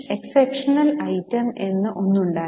exceptional item എന്ന് ഒന്ന് ഉണ്ടായിരുന്നു